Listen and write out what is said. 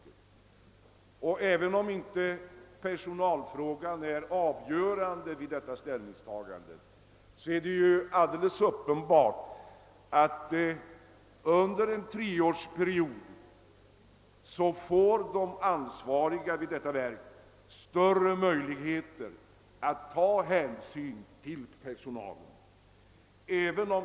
Och även om personalfrågan inte är avgörande vid ställningstagandet är det alldeles uppenbart att de ansvariga vid verket under en treårsperiod får större möjligheter att ta hänsyn till personalen.